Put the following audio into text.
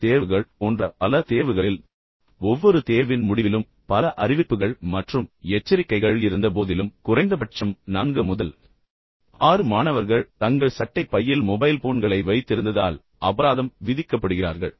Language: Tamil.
இ தேர்வுகள் போன்ற பல தேர்வுகளில் எனக்குத் தெரியும் ஒவ்வொரு தேர்வின் முடிவிலும் பல அறிவிப்புகள் மற்றும் எச்சரிக்கைகள் இருந்தபோதிலும் குறைந்தபட்சம் நான்கு முதல் ஆறு மாணவர்கள் தங்கள் சட்டைப் பையில் மொபைல் போன்களை வைத்திருந்ததால் அபராதம் விதிக்கப்படுகிறார்கள்